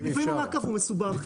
לפעמים אי אפשר.